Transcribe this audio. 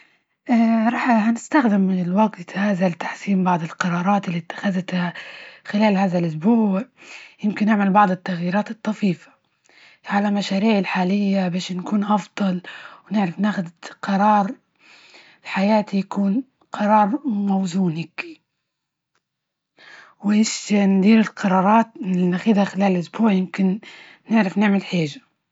راح نستخدم الوجت هذا لتحسين بعض القرارات اللي اتخذتها خلال هذا الأسبوع، يمكن اعمل بعض التغييرات الطفيفة على مشاريعي الحالية، بش نكون أفضل، ونعرف ناخد قرار بحياتى، يكون قرار موزون هيكى، وبش ندير القرارات اللى ناخدها خلال الأسبوع ، يمكن نعرف نعمل حاجة.